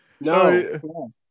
No